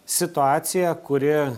situacija kuri